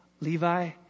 Levi